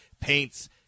paints